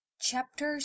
Chapter